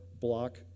block